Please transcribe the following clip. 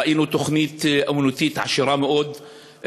ראינו תוכנית אמנותית עשירה מאוד,